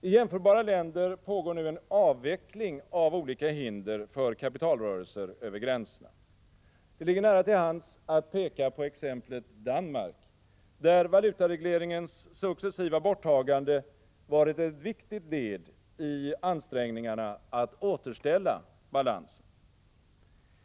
I jämförbara länder pågår nu en avveckling av olika hinder för kapitalrörelser över gränserna. Det ligger nära till hands att peka på exemplet Danmark, där valutaregleringens successiva borttagande varit ett viktigt led i ansträngningarna att återställa balansen.